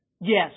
Yes